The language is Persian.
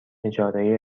اجاره